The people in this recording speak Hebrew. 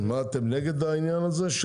אתם נגד העניין הזה?